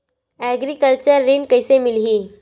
Agriculture ऋण कइसे मिलही?